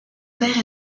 père